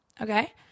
okay